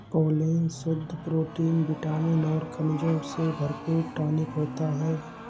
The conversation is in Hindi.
पोलेन शुद्ध प्रोटीन विटामिन और खनिजों से भरपूर टॉनिक होता है